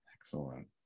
Excellent